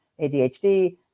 adhd